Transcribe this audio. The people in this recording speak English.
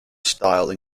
style